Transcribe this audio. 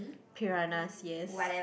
Piranhas yes